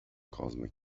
cosmic